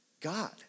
God